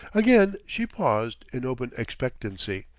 again she paused in open expectancy.